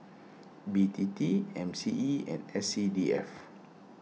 B T T M C E and S C D F